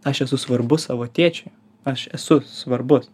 aš esu svarbus savo tėčiui aš esu svarbus